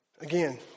Again